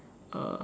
uh